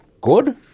good